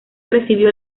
recibió